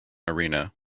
arena